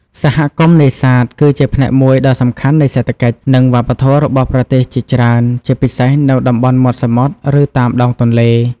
សហគមន៍នេសាទគឺជាផ្នែកមួយដ៏សំខាន់នៃសេដ្ឋកិច្ច និងវប្បធម៌របស់ប្រទេសជាច្រើន ជាពិសេសនៅតំបន់មាត់សមុទ្រ ឬតាមដងទន្លេ។